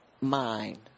mind